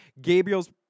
Gabriel's –